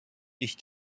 ich